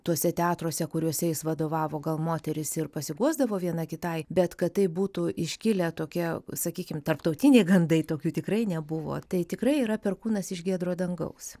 tuose teatruose kuriuose jis vadovavo gal moterys ir pasiguosdavo viena kitai bet kad tai būtų iškilę tokie sakykim tarptautiniai gandai tokių tikrai nebuvo tai tikrai yra perkūnas iš giedro dangaus